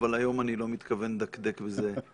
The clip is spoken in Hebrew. אבל היום אני לא מתכוון לדקדק בזה.